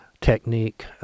technique